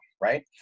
right